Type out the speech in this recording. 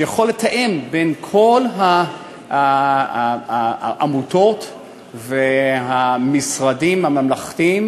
שיכול לתאם בין כל העמותות והמשרדים הממלכתיים